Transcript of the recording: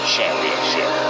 Championship